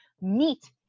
meet